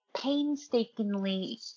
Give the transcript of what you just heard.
painstakingly